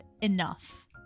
enough